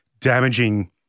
damaging